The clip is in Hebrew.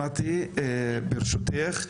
מטי, ברשותך.